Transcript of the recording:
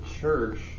church